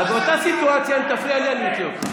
אז באותה סיטואציה אם תפריע לי אני אוציא אותך.